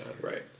Right